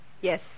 Yes